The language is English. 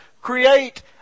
create